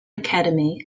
academy